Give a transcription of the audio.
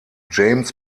james